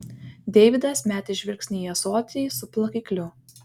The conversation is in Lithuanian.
deividas metė žvilgsnį į ąsotį su plakikliu